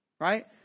right